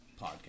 podcast